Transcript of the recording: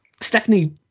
Stephanie